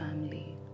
family